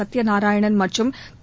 சத்தியநாராயணன் மற்றும் திரு